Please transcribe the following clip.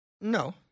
No